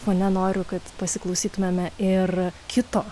fone noriu kad pasiklausytumėme ir kito